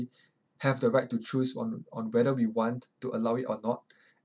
have the right to choose on on whether we want to allow it or not